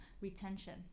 retention